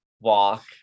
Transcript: walk